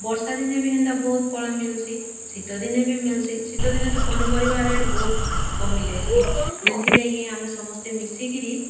ବର୍ଷା ଦିନେ ବି ହେନ୍ତା ବହୁତ ଫଳ ମିଲିସି ଶୀତ ଦିନେ ବି ମିଲିସି ଶୀତ ଦିନେ ତ ପନିପରିବା ରେଟ ବହୁତ କମିଯାଇସି ଯେନଥିର୍ ଲାଗି ଆମେ ସମସ୍ତେ ମିଶିକିରି